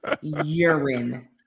urine